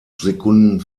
sekunden